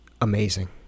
amazing